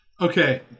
Okay